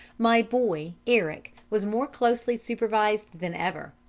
my boy, eric, was more closely supervised than ever,